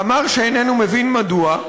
אמר שאיננו מבין מדוע,